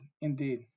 Indeed